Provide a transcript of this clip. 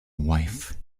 wife